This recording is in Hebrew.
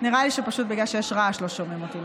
נראה לי שפשוט בגלל שיש רעש לא שומעים אותי,